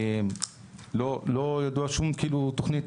לא ידוע שום כאילו תוכנית